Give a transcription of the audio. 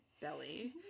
belly